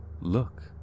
Look